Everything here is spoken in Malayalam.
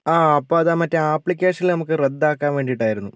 ആ അപ്പോൾ അത് മറ്റേ ആപ്ലിക്കേഷനിൽ നമുക്ക് റദ്ദാക്കാൻ വേണ്ടീട്ടായിരുന്നു